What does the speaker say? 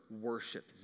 worship